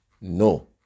no